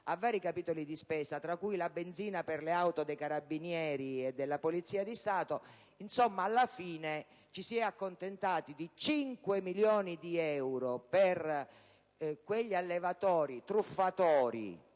a vari capitoli si spesa, tra i quali la benzina per le auto dei Carabinieri e della Polizia di Stato. Insomma, alla fine, ci si è accontentati di cinque milioni di euro per quegli allevatori truffatori!